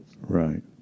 Right